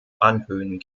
anhöhen